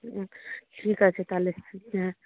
ঠিক আছে তাহলে